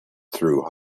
through